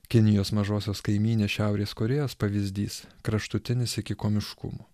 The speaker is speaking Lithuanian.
kinijos mažosios kaimynės šiaurės korėjos pavyzdys kraštutinis iki komiškumo